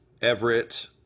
Everett